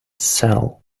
sell